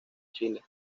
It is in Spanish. chile